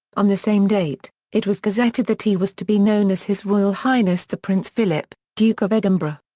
on the same date, it was gazetted that he was to be known as his royal highness the prince philip, duke of edinburgh.